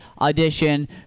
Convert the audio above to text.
audition